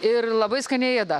ir labai skaniai ėda